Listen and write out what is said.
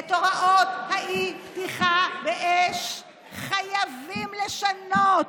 את הוראות האי-פתיחה באש חייבים לשנות.